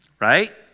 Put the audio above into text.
right